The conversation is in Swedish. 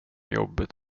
jobbet